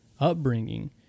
upbringing